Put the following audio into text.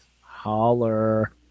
Holler